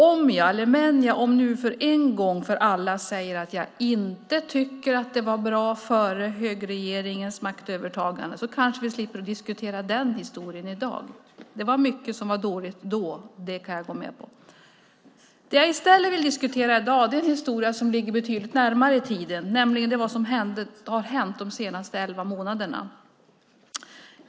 Om jag nu en gång för alla säger att jag inte tycker att det var bra före högerregeringens maktövertagande kanske vi slipper diskutera den historien i dag. Det var mycket som var dåligt då; det kan jag gå med på. I dag vill jag i stället diskutera en historia som ligger betydligt närmare i tiden, nämligen vad som har hänt de senaste elva månaderna.